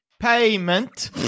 Payment